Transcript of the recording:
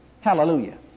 Hallelujah